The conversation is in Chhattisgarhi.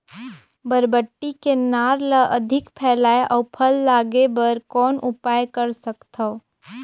बरबट्टी के नार ल अधिक फैलाय अउ फल लागे बर कौन उपाय कर सकथव?